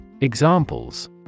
Examples